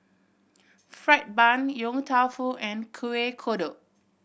fried bun Yong Tau Foo and Kuih Kodok